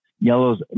yellows